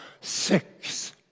six